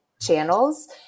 channels